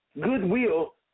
goodwill